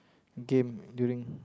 game during